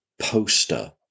poster